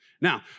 Now